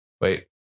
Wait